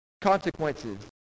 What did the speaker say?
consequences